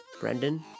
Brendan